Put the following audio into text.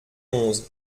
onze